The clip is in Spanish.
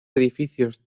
edificios